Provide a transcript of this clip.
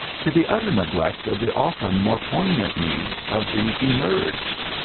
to the utter neglect of the often more poignant needs of the e merged.